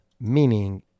Meaning